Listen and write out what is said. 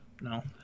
No